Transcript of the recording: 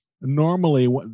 normally